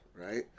right